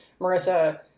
Marissa